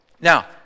Now